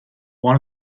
one